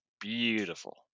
Beautiful